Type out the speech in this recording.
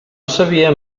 sabíem